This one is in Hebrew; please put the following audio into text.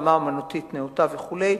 רמה אמנותית נאותה וכו'.